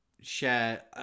share